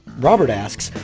robert asks,